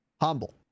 Humble